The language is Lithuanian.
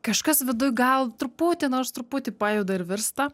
kažkas viduj gal truputį nors truputį pajuda ir virsta